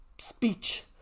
speech